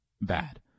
bad